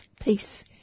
peace